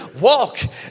walk